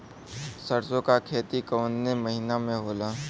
सरसों का खेती कवने महीना में होला?